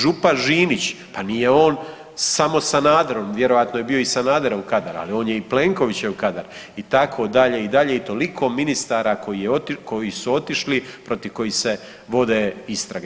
Župan Žinić pa nije on samo Sanaderov, vjerojatno je bio i Sanaderov kadar, ali on je i Plenkovićev kadar itd. i dalje i toliko ministara koji su otišli protiv kojih se vode istrage.